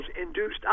induced